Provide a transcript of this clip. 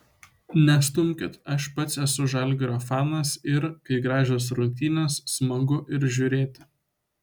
nestumkit aš pats esu žalgirio fanas ir kai gražios rungtynės smagu ir žiūrėti